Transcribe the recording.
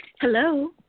Hello